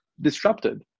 disrupted